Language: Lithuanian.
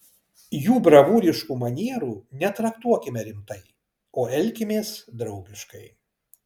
jų bravūriškų manierų netraktuokime rimtai o elkimės draugiškai